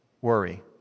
worry